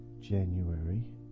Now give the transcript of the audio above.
January